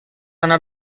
anar